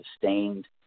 sustained